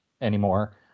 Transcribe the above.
anymore